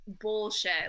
bullshit